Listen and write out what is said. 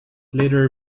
later